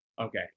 okay